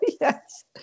Yes